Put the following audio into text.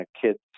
kids